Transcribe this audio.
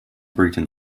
breton